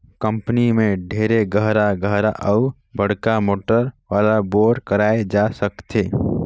company में ढेरे गहरा गहरा अउ बड़का मोटर वाला बोर कराए जा सकथे